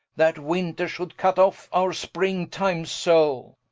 that winter should cut off our spring-time so